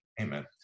Amen